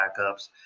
backups